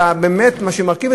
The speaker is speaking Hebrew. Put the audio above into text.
אין היום שום הסבר אחר,